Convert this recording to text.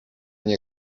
nie